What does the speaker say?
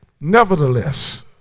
Nevertheless